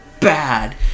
bad